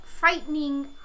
Frightening